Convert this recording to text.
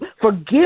Forgive